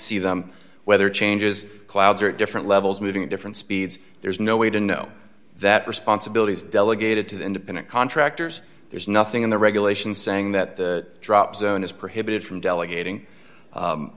see them weather changes clouds are at different levels moving at different speeds there's no way to know that responsibilities delegated to independent contractors there's nothing in the regulations saying that the drop zone is prohibited from delegating